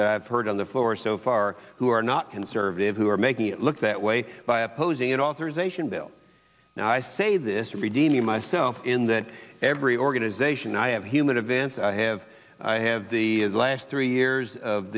that i've heard on the floor so far who are not conservative who are making it look that way by opposing it authorization bill and i say this redeem myself in that every organization i have human events i have i have the last three years of